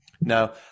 No